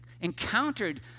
encountered